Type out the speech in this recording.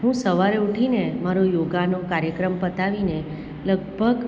હું સવારે ઊઠીને મારો યોગાનો કાર્યક્રમ પતાવીને લગભગ